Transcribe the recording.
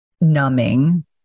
numbing